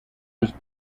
was